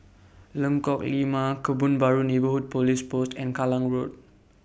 Lengkok Lima Kebun Baru Neighbourhood Police Post and Kallang Road